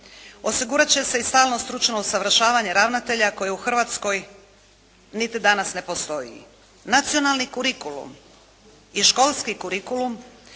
Osigurat će se i stalno stručno usavršavanje ravnatelja koji u Hrvatskoj niti danas ne postoji. Nacionalni kurikulum i školski kurikulum